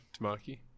Tamaki